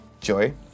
Joy